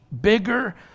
bigger